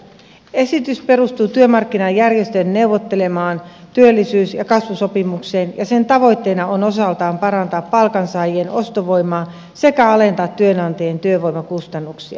esitys perustuu työmarkkinajärjestöjen neuvottelemaan työllisyys ja kasvusopimukseen ja sen tavoitteena on osaltaan parantaa palkansaajien ostovoimaa sekä alentaa työnantajien työvoimakustannuksia